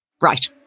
Right